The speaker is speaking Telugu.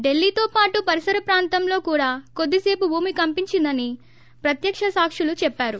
డిల్లీతో పాటు పరిసర ప్రాంతాల్లో కూడా కోద్దిసేపు భూమి కంపించిందని ప్రత్యక్ష సాకులు చెప్పారు